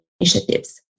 initiatives